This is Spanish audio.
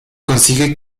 consigue